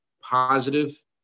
positive